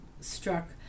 struck